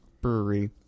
brewery